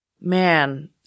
Man